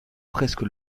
presque